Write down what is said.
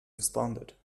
responded